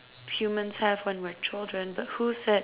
humans have when we're children but who said